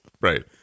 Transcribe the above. Right